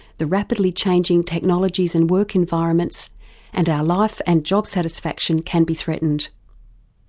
the rapidly changing technologies and work environments and our life and job satisfaction can be threatened.